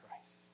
Christ